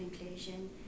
inclusion